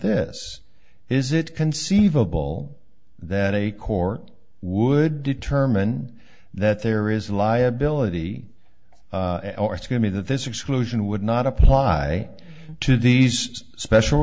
this is it conceivable that a court would determine that there is a liability it's going to be that this exclusion would not apply to these special